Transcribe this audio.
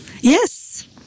Yes